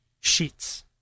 Sheets